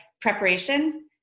preparation